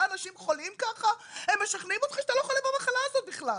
אנשים שחולים ככה?! הם משכנעים אותך שאתה לא חולה במחלה הזאת בכלל!